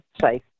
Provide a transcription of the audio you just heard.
safe